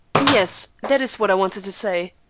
yes, that is what i wanted to say.